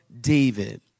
David